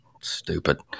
stupid